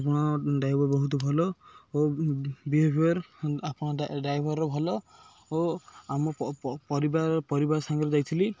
ଆପଣ ଡ୍ରାଇଭର ବହୁତ ଭଲ ଓ ବିହେଭିଅର ଆପଣ ଡ୍ରାଇଭରର ଭଲ ଓ ଆମ ପରିବାର ପରିବାର ସାଙ୍ଗରେ ଯାଇଥିଲି